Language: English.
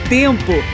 tempo